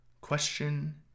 question